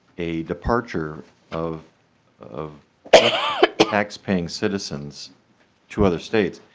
a departure of of taxpaying citizens to other states